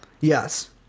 Yes